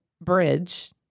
Bridge